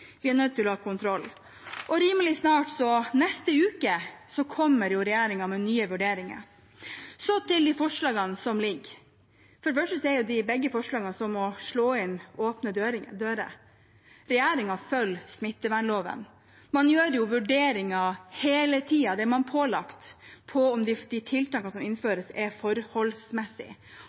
Vi er nødt til å ha kontroll. Rimelig snart, neste uke, kommer jo regjeringen med nye vurderinger. Så til de forslagene som ligger. For det første er begge forslagene som å slå inn åpne dører. Regjeringen følger smittevernloven. Man gjør vurderinger hele tiden, det er man pålagt, av om de tiltakene som innføres, er